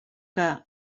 que